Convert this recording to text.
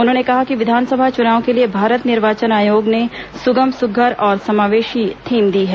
उन्होंने कहा कि विधानसभा चुनाव के लिए भारत निर्वाचन आयोग ने सुगम सुध्घर और समावेशी थीम दी है